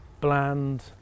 bland